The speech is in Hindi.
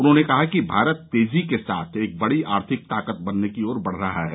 उन्होंने कहा कि भारत तेजी के साथ एक बड़ी आर्थिक ताकत बनने की ओर बढ़ रहा है